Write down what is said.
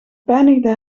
pijnigde